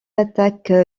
attaque